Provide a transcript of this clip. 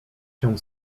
się